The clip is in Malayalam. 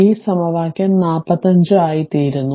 ഈ സമവാക്യം 45 ആയിത്തീരുന്നു